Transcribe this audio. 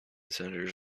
centres